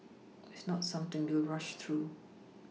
it's not something we will rush through